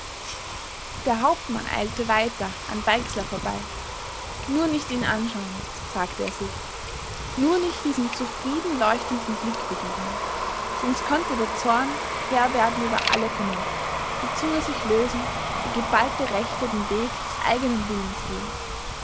der hauptmann eilte weiter an weixler vorbei nur nicht ihn anschauen sagte er sich nur nicht diesem zufrieden leuchtenden blick begegnen sonst könnte der zorn herr werden über alle vernunft die zunge sich lösen die geballte rechte den weg des eigenen willens gehen